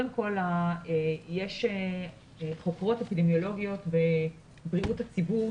יש חוקרות אפידמיולוגיות בבריאות הציבור,